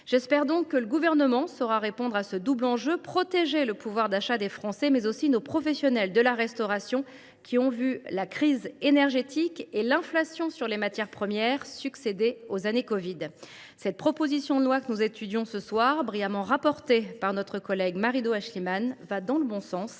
J’espère donc que le Gouvernement saura répondre à ce double enjeu : protéger, d’une part, le pouvoir d’achat des Français, mais aussi, d’autre part, nos professionnels de la restauration, qui ont vu la crise énergétique et l’inflation sur les matières premières succéder aux années covid. Cette proposition de loi, brillamment rapportée par notre collègue Marie Do Aeschlimann, va dans le bon sens,